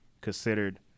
considered